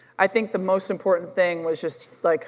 i think the most important thing was just like